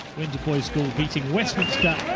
windsor boys' school beating westminster